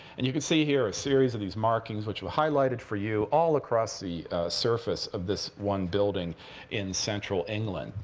and you can see here a series of these markings which we've highlighted for you all across the surface of this one building in central england.